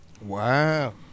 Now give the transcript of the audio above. Wow